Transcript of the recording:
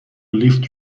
لیفت